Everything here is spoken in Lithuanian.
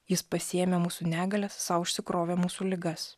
jis pasiėmė mūsų negalias sau užsikrovė mūsų ligas